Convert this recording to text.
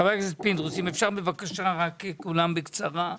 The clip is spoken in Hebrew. חבר הכנסת פינדרוס, אם אפשר בבקשה כולם בקצרה,